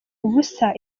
ubusa